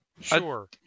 Sure